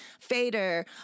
Fader